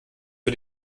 für